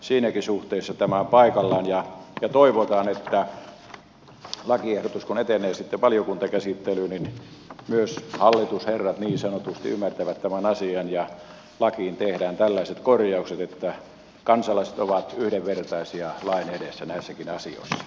siinäkin suhteessa tämä on paikallaan ja toivotaan että kun lakiehdotus etenee sitten valiokuntakäsittelyyn niin myös hallitusherrat niin sanotusti ymmärtävät tämän asian ja lakiin tehdään tällaiset korjaukset että kansalaiset ovat yhdenvertaisia lain edessä näissäkin asioissa